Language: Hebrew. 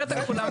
עוד פעם,